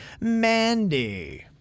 mandy